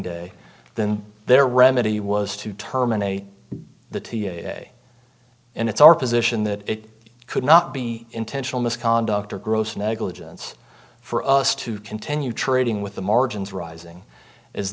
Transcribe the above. day then their remedy was to terminate the t a a and it's our position that it could not be intentional misconduct or gross negligence for us to continue trading with the margins rising